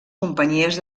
companyies